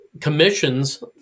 commissions